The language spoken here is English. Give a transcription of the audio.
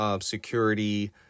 security